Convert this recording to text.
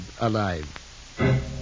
alive